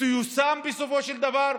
תיושם בסופו של דבר?